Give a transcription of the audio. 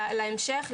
להמשך,